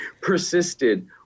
persisted